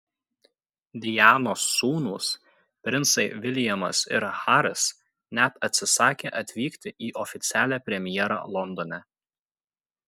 dianos sūnūs princai viljamas ir haris net atsisakė atvykti į oficialią premjerą londone